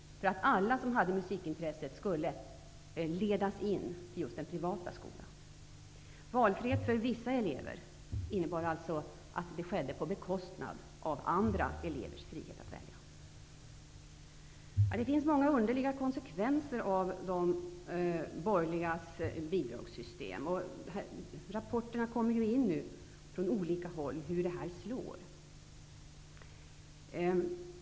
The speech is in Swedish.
Alla som hade ett musikintresse skulle ledas in i just den privata skolan. Valfrihet för vissa elever innebar alltså att detta skedde på bekostnad av andra elevers frihet att välja. Det finns många underliga konsekvenser att notera när det gäller de borgerligas bidragssystem. Det kommer in rapporter från olika håll om hur det här slår.